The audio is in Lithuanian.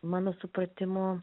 mano supratimu